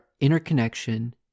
interconnection